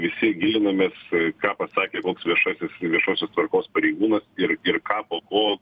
visi gilinamės ką pasakė koks viešasis viešosios tvarkos pareigūnas ir ir ką po ko